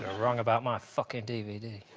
wrong about my fucking dvd